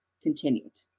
continued